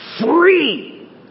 free